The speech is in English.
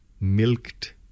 milked